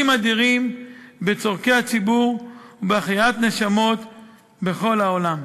אדירים בצורכי הציבור ובהחייאת נשמות בכל העולם.